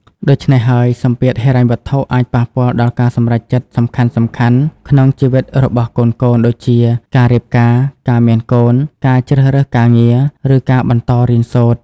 ដូច្នេះហើយ សម្ពាធហិរញ្ញវត្ថុអាចប៉ះពាល់ដល់ការសម្រេចចិត្តសំខាន់ៗក្នុងជីវិតរបស់កូនៗ ដូចជាការរៀបការ ការមានកូន ការជ្រើសរើសការងារ ឬការបន្តរៀនសូត្រ។